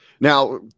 now